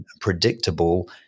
predictable